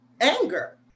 anger